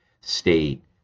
state